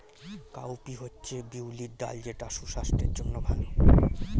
cowpea হচ্ছে বিউলির ডাল যেটা সুস্বাস্থ্যের জন্য ভালো